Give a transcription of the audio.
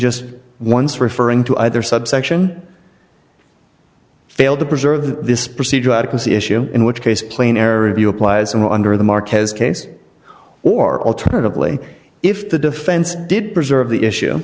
just once referring to either subsection failed to preserve this procedure or adequacy issue in which case plain error if you applies and under the mark has case or alternatively if the defense did preserve the issue